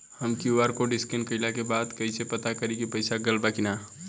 हम QR code scan कइला के बाद कइसे पता करि की पईसा गेल बा की न?